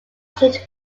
shaped